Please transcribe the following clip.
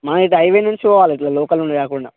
మనం ఇప్పుడు హైవే నుంచి పోవాలి ఇట్లా లోకల్ నుండి కాకుండా